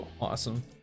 awesome